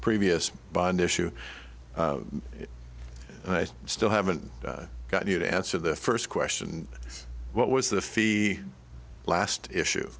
previous bond issue i still haven't gotten you to answer the first question what was the fee last issue